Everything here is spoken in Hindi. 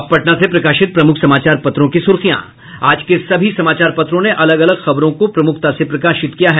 अब पटना से प्रकाशित प्रमुख समाचार पत्रों की सुर्खियां आज के सभी समाचार पत्रों ने अलग अलग खबरों को प्रमुखता से प्रकाशित किया है